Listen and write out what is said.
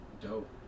Dope